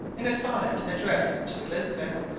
in a sonnet addressed to elizabeth,